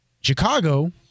Chicago